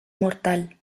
mortal